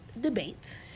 debate